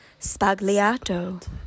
Spagliato